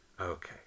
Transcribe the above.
Okay